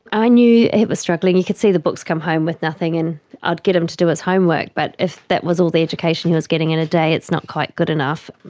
i knew he was struggling. you could see the books come home with nothing, and i'd get him to do his homework, but if that was all the education he was getting in a day, it's not quite good enough.